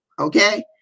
okay